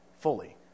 fully